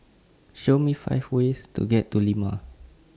Show Me five ways to get to Lima